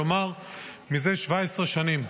כלומר מזה 17 שנים.